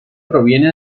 proviene